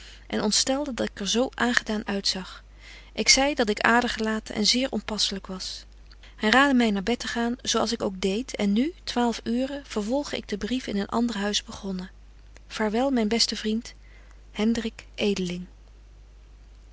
en ontstelde dat ik er zo ongedaan uitzag ik zei dat ik adergelaten en zeer onpasselyk was hy raadde my naar bed te gaan zo als ik ook deed en nu twaalf uuren vervolge ik den brief in een ander huis begonnen vaarwel myn beste vriend